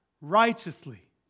righteously